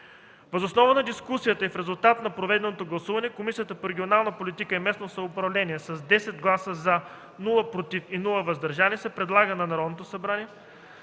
Въз основа на дискусията и в резултат на проведеното гласуване Комисията по регионална политика и местно самоуправление с 10 гласа „за”, без „против” и „въздържал се” предлага на Народното събрание